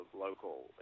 local